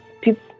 people